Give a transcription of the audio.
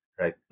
right